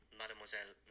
mademoiselle